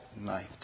night